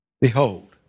Behold